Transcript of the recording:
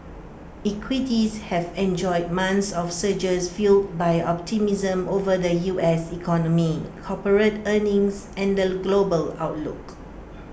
equities have enjoyed months of surges fuelled by optimism over the U S economy corporate earnings and the global outlook